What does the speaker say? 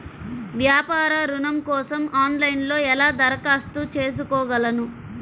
వ్యాపార ఋణం కోసం ఆన్లైన్లో ఎలా దరఖాస్తు చేసుకోగలను?